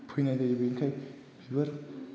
फैनाय जायो बेनिखायनो बिबार